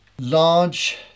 large